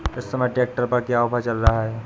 इस समय ट्रैक्टर पर क्या ऑफर चल रहा है?